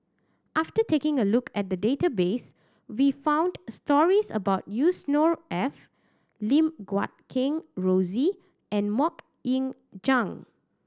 after taking a look at the database we found stories about Yusnor Ef Lim Guat Kheng Rosie and Mok Ying Jang